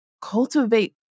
cultivate